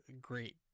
great